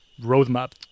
roadmap